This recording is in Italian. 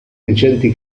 recenti